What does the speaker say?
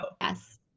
Yes